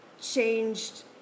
changed